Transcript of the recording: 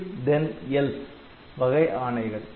IF THEN ELSE வகை ஆணைகள்